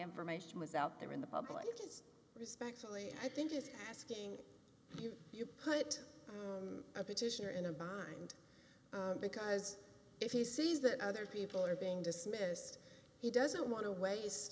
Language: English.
information was out there in the public just respectfully i think just asking you you put a petitioner in a bind because if he sees that other people are being dismissed he doesn't want to waste